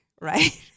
right